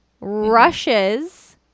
rushes